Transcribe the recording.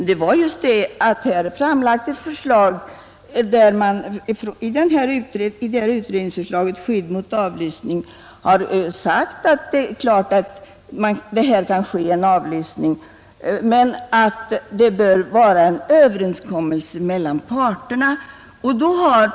Herr talman! I det framlagda betänkandet ”Skydd mot avlyssning” har alltså sagts att en avlyssning visserligen kan ske men att en överenskommelse därom bör föreligga mellan parterna.